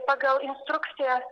pagal instrukciją